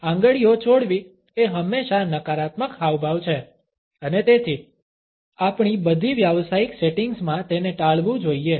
આંગળીઓ છોડવી એ હંમેશા નકારાત્મક હાવભાવ છે અને તેથી આપણી બધી વ્યાવસાયિક સેટિંગ્સ માં તેને ટાળવું જોઈએ